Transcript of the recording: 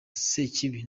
sekibi